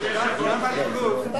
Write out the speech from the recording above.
אדוני היושב-ראש, גם בליכוד.